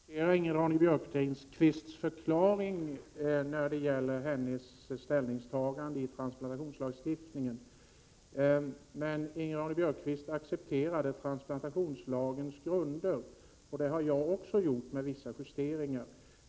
Fru talman! Jag accepterar Ingrid Ronne-Björkqvists förklaring när det gäller hennes ställningstagande till transplantationslagen. Men Ingrid Ronne-Björkqvist godtog transplantationslagens grunder, och det har jag också gjort, med vissa justeringar.